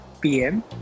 pm